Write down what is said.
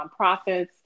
nonprofits